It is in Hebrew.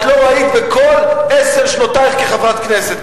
את לא ראית בכל עשר שנותייך כחברת כנסת,